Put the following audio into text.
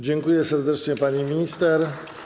Dziękuję serdecznie, pani minister.